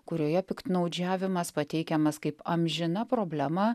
kurioje piktnaudžiavimas pateikiamas kaip amžina problema